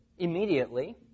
Immediately